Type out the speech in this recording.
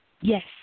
Yes